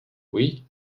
oui